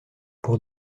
pour